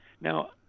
Now